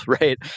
Right